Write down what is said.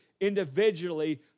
individually